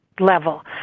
level